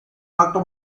alto